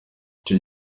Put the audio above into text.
icyo